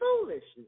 foolishness